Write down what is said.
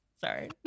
Sorry